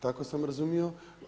Tako sam razumio.